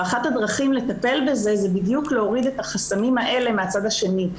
אחת הדרכים לטפל בזה זה בדיוק להוריד את החסמים האלה מהצד השני.